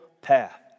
path